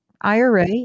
IRA